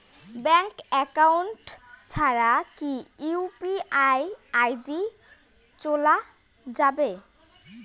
Bank account ছাড়া কি UPI ID চোলা যাবে?